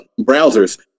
browsers